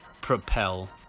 Propel